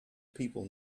people